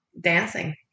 Dancing